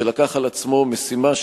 שלקח על עצמו משימה,